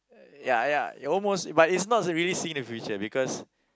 ya ya almost but it's not really see the future because